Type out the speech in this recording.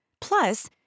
Plus